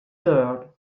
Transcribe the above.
girl